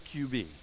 QB